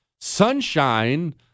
Sunshine